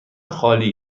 خالی